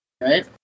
right